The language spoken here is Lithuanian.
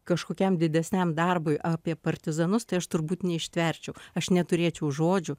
kažkokiam didesniam darbui apie partizanus tai aš turbūt neištverčiau aš neturėčiau žodžių